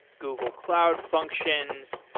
google cloud functions.